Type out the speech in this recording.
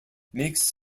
makes